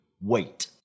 Wait